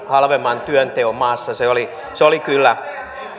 halvemman työnteon maassa se oli se oli kyllä